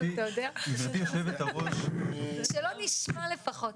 אבל אתה יודע שלא נשמע לפחות,